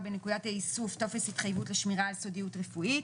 בנקודת האיסוף טופס התחייבות לשמירה על סודיות רפואית,